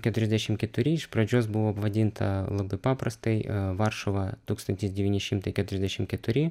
keturiasdešim keturi iš pradžios buvo vadinta labai paprastai varšuva tūkstantis devyni šimtai keturiasdešim keturi